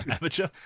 amateur